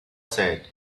said